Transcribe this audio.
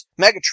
megatron